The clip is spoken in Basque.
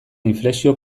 inflexio